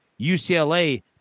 UCLA